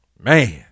Man